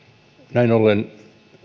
näin ollen